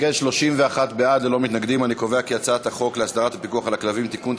להעביר את הצעת חוק להסדרת הפיקוח על כלבים (תיקון,